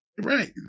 right